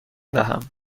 دهم